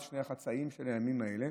שני החצאים של הימים האלה,